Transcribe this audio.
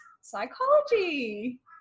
Psychology